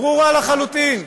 ברורה לחלוטין,